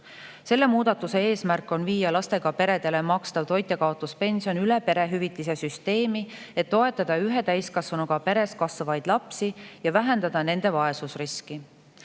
Selle muudatuse eesmärk on viia lastega peredele makstav toitjakaotuspension üle perehüvitise süsteemi, et toetada ühe täiskasvanuga peres kasvavaid lapsi ja vähendada nende vaesusriski.